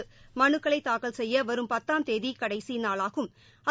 ம் னுக்களை தாக்கல் செய்ய வரும் பத்தாம் தேதி கடைசி நாளா கும் ்